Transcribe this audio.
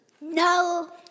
No